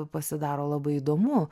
pasidaro labai įdomu